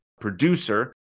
producer